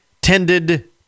tended